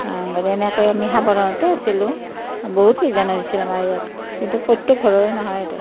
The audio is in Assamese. গতিকে এনেকৈয়ে আমি সাৱধানতেই আছিলোঁ বহুত কেইজনৰ হৈছিল আমাৰ ইয়াত কিন্তু প্ৰত্যেক ঘৰৰেই নহয়